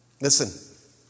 Listen